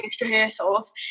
rehearsals